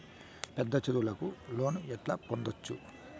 పెద్ద చదువులకు లోను ఎట్లా పొందొచ్చు